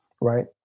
right